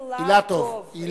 רוברט, אֵלַטוב?